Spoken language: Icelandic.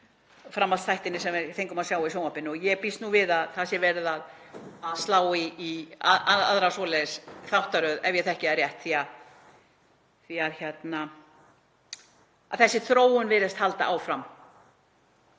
framhaldsþættina sem við fengum að sjá í sjónvarpinu, og ég býst við að það sé verið að slá í aðra svoleiðis þáttaröð ef ég þekki það rétt. Þessi þróun virðist halda áfram,